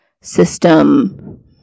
system